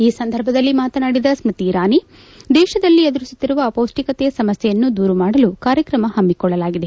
ಈ ಸಂದರ್ಭದಲ್ಲಿ ಮಾತನಾಡಿದ ಸ್ತತಿ ಇರಾನಿ ದೇಶದಲ್ಲಿ ಎದುರಿಸುತ್ತಿರುವ ಅಪೌಷ್ಠಿಕತೆಯ ಸಮಸ್ಠೆಯನ್ನು ದೂರಮಾಡಲು ಕಾರ್ಯಕ್ರಮ ಹಮ್ಮಿಕೊಳ್ಳಲಾಗಿದೆ